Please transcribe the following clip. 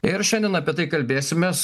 ir šiandien apie tai kalbėsimes